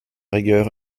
rigueur